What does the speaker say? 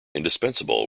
indispensable